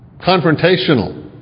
confrontational